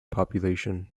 population